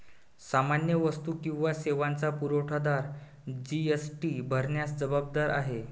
सामान्य वस्तू किंवा सेवांचा पुरवठादार जी.एस.टी भरण्यास जबाबदार आहे